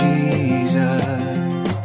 Jesus